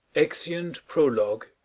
exeunt prologue,